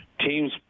teams